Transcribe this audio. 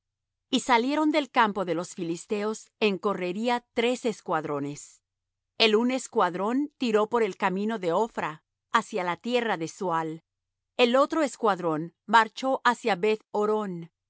y salieron del campo de los filisteos en correría tres escuadrones el un escuadrón tiró por el camino de ophra hacia la tierra de sual el otro escuadrón marchó hacia